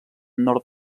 nord